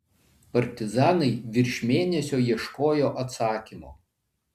partizanai virš mėnesio ieškojo atsakymo